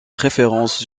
préférence